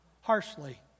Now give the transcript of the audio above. harshly